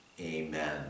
Amen